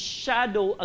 shadow